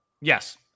Yes